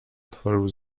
otworzył